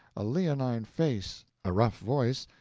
a leonine face, a rough voice,